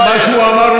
מה שהוא אמר,